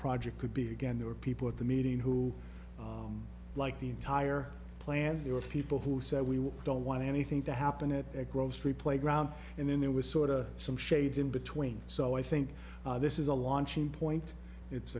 project could be again there were people at the meeting who like the entire plant there were people who said we don't want anything to happen at a grocery playground and then there was sort of some shades in between so i think this is a launching point it's